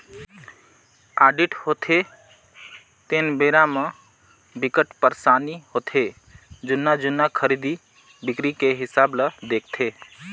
audit होथे तेन बेरा म बिकट परसानी होथे जुन्ना जुन्ना खरीदी बिक्री के हिसाब ल देखथे